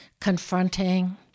confronting